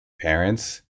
parents